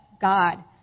God